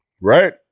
Right